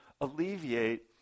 alleviate